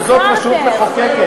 וזאת רשות מחוקקת,